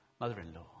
mother-in-law